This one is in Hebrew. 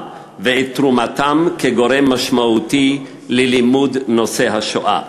ואת תרומתן כגורם משמעותי ללימוד נושא השואה.